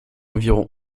environ